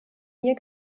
mir